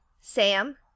Sam